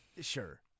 Sure